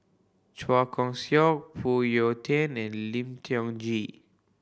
Chua Kon Siong Phoon Yew Tien and Lim Tiong Ghee